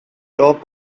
top